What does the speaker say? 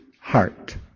heart